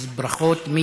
אז ברכות.